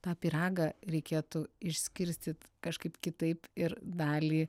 tą pyragą reikėtų išskirstyt kažkaip kitaip ir dalį